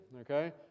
okay